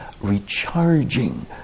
recharging